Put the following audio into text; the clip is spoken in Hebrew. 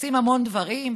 עושים המון דברים,